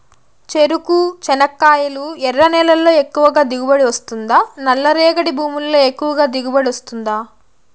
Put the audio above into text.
చెరకు, చెనక్కాయలు ఎర్ర నేలల్లో ఎక్కువగా దిగుబడి వస్తుందా నల్ల రేగడి భూముల్లో ఎక్కువగా దిగుబడి వస్తుందా